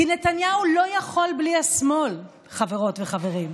כי נתניהו לא יכול בלי השמאל, חברות וחברים.